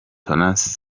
laurent